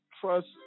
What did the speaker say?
trust